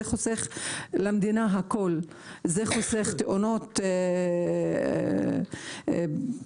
זה חוסך למדינה הכול.